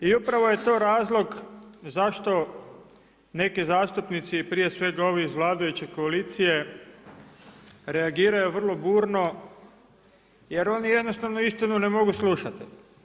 I upravo je to razlog zašto neki zastupnici prije svega ovi iz vladajuće koalicije reagiraju vrlo burno jer oni jednostavno istinu ne mogu slušati.